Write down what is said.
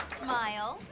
smile